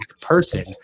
person